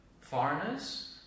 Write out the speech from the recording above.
foreigners